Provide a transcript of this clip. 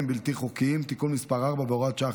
בלתי חוקיים (תיקון מס' 4 והוראת שעה,